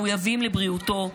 מחויבים לבריאותו,